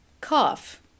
cough